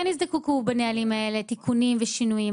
יזדקקו לעשות בנהלים האלה תיקונים ושינויים.